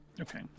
Okay